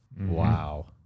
Wow